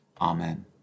Amen